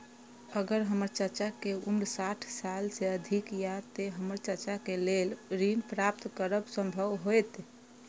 अगर हमर चाचा के उम्र साठ साल से अधिक या ते हमर चाचा के लेल ऋण प्राप्त करब संभव होएत?